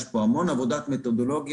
יש פה המון עבודת מתודולוגיה.